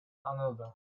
another